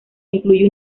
incluye